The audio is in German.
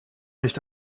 nicht